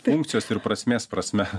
funkcijos ir prasmės prasme